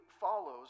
follows